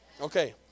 Okay